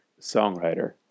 songwriter